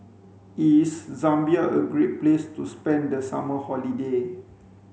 is Zambia a great place to spend the summer holiday